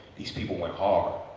these people went hard.